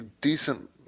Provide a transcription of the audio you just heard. decent